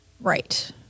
Right